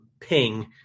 ping